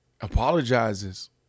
Apologizes